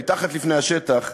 מתחת לפני השטח,